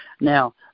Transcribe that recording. Now